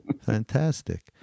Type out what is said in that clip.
Fantastic